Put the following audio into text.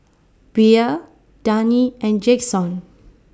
Bea Dani and Jaxon